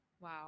Wow